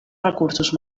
recursos